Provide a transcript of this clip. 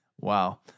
Wow